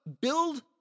Build